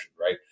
right